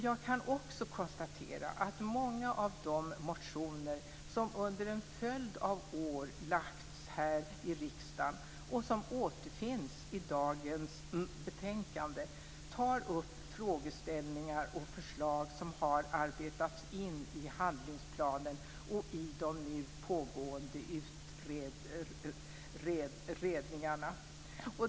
Jag kan också konstatera att många av de motioner som under en följd av år väckts här i riksdagen och som återfinns i dagens betänkande tar upp frågeställningar och förslag som har arbetats in i arbetsplanen och i de nu pågående utredningarna.